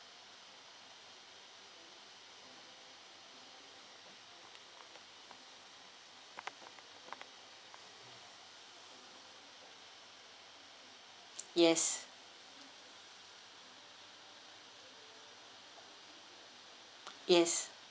yes yes